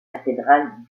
cathédrale